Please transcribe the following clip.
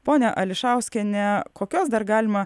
ponia ališauskiene kokios dar galima